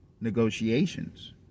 negotiations